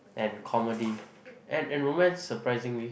and comedy and and romance surprisingly